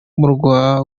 murwa